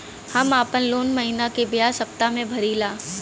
हम आपन लोन महिना के बजाय सप्ताह में भरीला